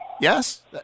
Yes